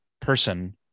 person